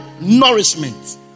nourishment